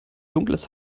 dunkles